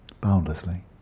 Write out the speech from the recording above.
boundlessly